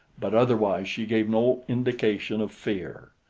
but otherwise she gave no indication of fear.